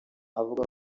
avuga